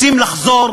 רוצים לחזור